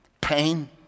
pain